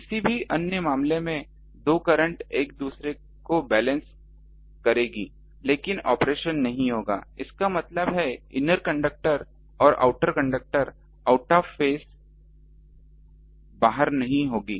किसी भी अन्य मामले में दो करंट एक दूसरे को बैलेंस करेंगी लेकिन ऑपरेशन नहीं होगा इसका मतलब है इनर कंडक्टर और outer conductor out of phase नहीं होंगी